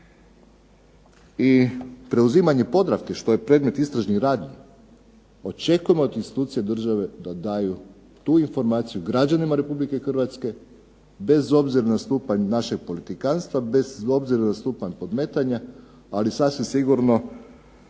i preuzimanje Podravke što je predmet istražnih radnji, očekujemo od institucija države da daju tu informaciju građanima Republike Hrvatske bez obzira na stupanj našeg politikanstva, bez obzira na stupanj podmetanja ali sasvim sigurno